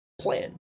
plan